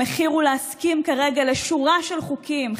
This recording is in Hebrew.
המחיר הוא להסכים כרגע לשורה של חוקים,